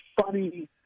funny